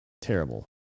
Terrible